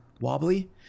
wobbly